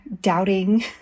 doubting